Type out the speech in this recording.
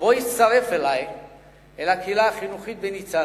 בוא, הצטרף אלי אל הקהילה החינוכית בניצנה.